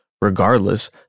Regardless